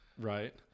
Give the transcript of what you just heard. Right